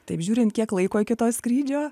taip žiūrint kiek laiko iki to skrydžio